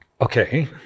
Okay